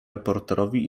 reporterowi